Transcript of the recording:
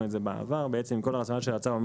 הרי כל הרציונל של הצו אומר